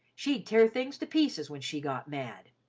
she'd tear things to pieces when she got mad,